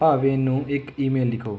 ਭਾਵੇਨ ਨੂੰ ਇੱਕ ਈਮੇਲ ਲਿਖੋ